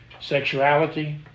sexuality